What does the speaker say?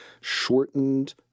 shortened